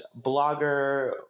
blogger